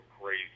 crazy